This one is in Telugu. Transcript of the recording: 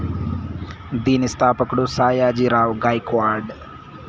దీని స్థాపకుడు సాయాజీ రావ్ గైక్వాడ్